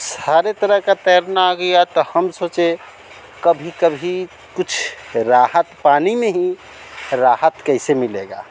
सारे तरह का तैरना आ गया तो हम सोचे कभी कभी कुछ राहत पानी में ही राहत कैसे मिलेगा